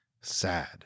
sad